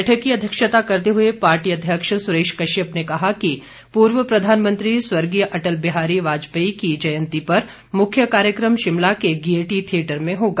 बैठक की अध्यक्षता करते हुए पार्टी अध्यक्ष सुरेश कश्यप ने कहा कि पूर्व प्रधानमंत्री स्वर्गीय अटल बिहारी वाजपेयी की जयंती पर मुख्य कार्यक्रम शिमला के गेयटी थियेटर में होगा